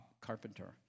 carpenter